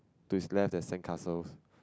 to it's left at sandcastles